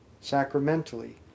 sacramentally